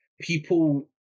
people